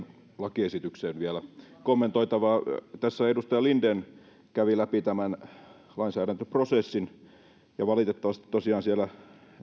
lakiesitykseen vielä kommentoitavaa tässä edustaja linden kävi läpi tämän lainsäädäntöprosessin ja valitettavasti tosiaan siellä